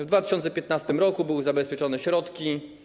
W 2015 r. były zabezpieczone środki.